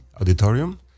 auditorium